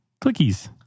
clickies